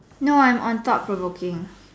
no I'm on top for booking